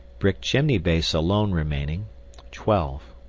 brick chimney base alone remaining twelve.